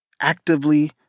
actively